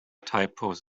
typos